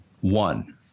One